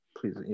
Please